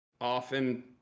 often